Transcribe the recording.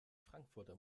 frankfurter